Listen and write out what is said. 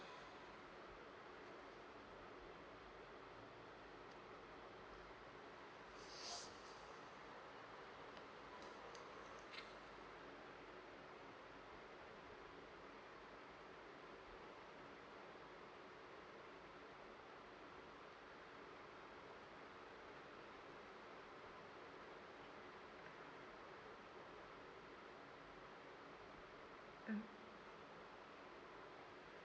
uh mm ah